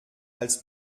als